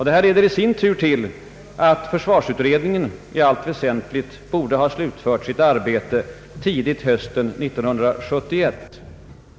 Detta leder i sin tur till att försvarsutredningen i allt väsentligt bör ha slutfört sitt arbete tidigt hösten 1971.